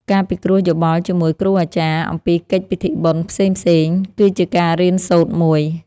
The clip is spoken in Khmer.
ការពិគ្រោះយោបល់ជាមួយគ្រូអាចារ្យ អំពីកិច្ចពិធីបុណ្យផ្សេងៗ គឺជាការរៀនសូត្រមួយ។